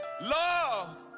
love